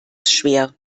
schwer